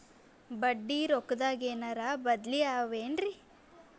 ಬಡ್ಡಿ ರೊಕ್ಕದಾಗೇನರ ಬದ್ಲೀ ಅವೇನ್ರಿ?